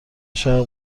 شرق